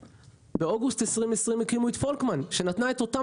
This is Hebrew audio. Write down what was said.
פולקמן באוגוסט 2020 שנתנה את אותן